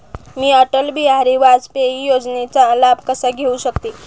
मी अटल बिहारी वाजपेयी योजनेचा लाभ कसा घेऊ शकते?